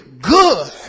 good